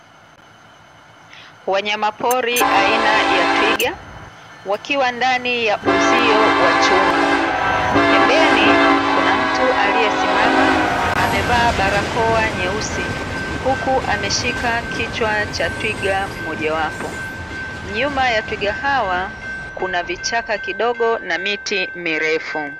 Wanyama pori aina ya twiga wakiwa ndani ya uzio wa chuma pembeni Kuna mtu aliesimama amevaa barakoa nyeusi, huku ameshika kichwa cha twiga mmoja wapo, nyuma ya twiga hawa kuna vichaka kidogo na miti mirefu.